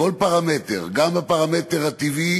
בכל פרמטר, גם בפרמטר הטבעי